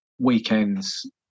weekends